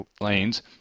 lanes